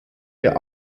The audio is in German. wir